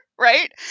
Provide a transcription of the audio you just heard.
right